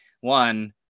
one